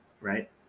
right